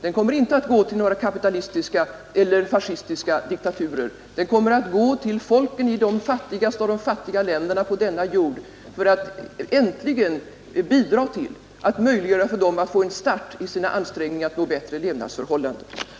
Den kommer inte att gå till några kapitalistiska eller fascistiska diktaturer — den kommer att gå till folken i de fattigaste av de fattiga länderna på denna jord för att äntligen bidra till att möjliggöra för dem att få en start i sina ansträngningar att nå bättre levnadsförhållanden.